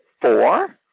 four